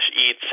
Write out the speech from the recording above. eats